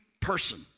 person